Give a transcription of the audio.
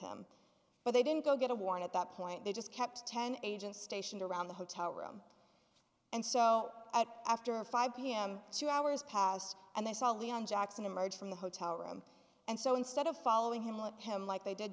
him but they didn't go get a warrant at that point they just kept ten agents stationed around the hotel room and so at after five pm two hours passed and they saw leon jackson emerge from the hotel room and so instead of following him with him like they did